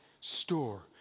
store